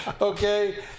okay